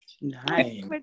Nice